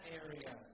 area